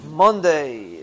Monday